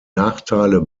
nachteile